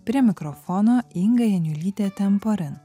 prie mikrofono inga janiulytė temporin